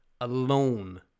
alone